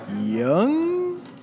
young